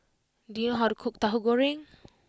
do you know how to cook Tahu Goreng